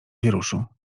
wieruszu